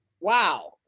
Wow